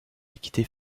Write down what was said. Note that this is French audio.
liquider